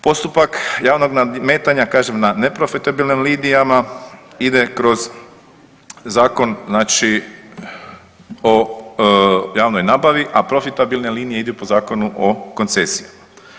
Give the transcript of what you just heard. Postupak javnog nadmetanja kažem na neprofitabilnim linijama ide kroz zakon znači o javnoj nabavi, a profitabilne linije idu po Zakonu o koncesiji.